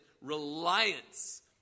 reliance